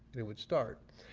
it would start.